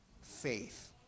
faith